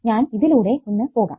ഞാൻ ഇതിലൂടെ ഒന്ന് പോകാം